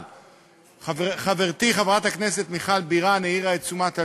אבל חברתי חברת הכנסת מיכל בירן העירה את תשומת הלב,